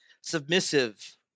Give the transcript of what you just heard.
Submissive